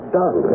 done